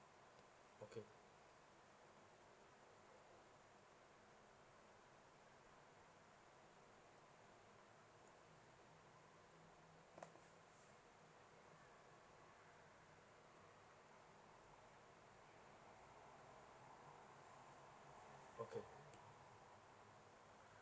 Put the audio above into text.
okay okay